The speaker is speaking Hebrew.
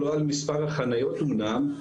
לא על מספר החניות אמנם.